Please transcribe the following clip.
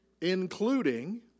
including